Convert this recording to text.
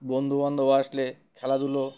বন্ধুবান্ধব আসলে খেলাধুলো